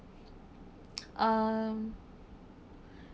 um